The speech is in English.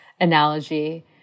analogy